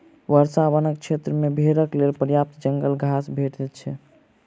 वर्षा वनक क्षेत्र मे भेड़क लेल पर्याप्त जंगल घास भेटैत छै